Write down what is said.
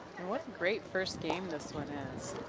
and what a great first game this one is.